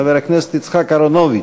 חבר הכנסת יצחק אהרונוביץ,